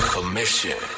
Commission